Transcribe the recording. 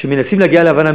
כשמנסים להגיע להבנה,